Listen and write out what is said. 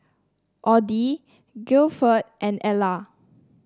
Odie Gilford and Ellar